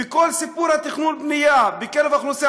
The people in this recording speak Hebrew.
וכל סיפור התכנון והבנייה בקרב האוכלוסייה